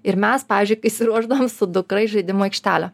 ir mes pavyzdžiui kai išsiruošdavom su dukra į žaidimų aikštelę